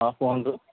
ହଁ କୁହନ୍ତୁ